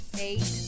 eight